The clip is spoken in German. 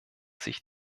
sich